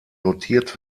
notiert